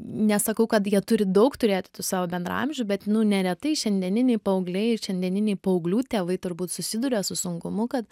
nesakau kad jie turi daug turėti tų savo bendraamžių bet nu neretai šiandieniniai paaugliai ir šiandieniniai paauglių tėvai turbūt susiduria su sunkumu kad